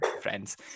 friends